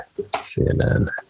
cnn